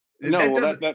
No